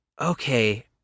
Okay